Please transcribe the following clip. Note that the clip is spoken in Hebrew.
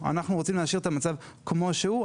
אנחנו רוצים להשאיר את המצב כמו שהוא,